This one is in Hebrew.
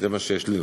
זה מה שיש לי לומר.